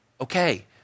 Okay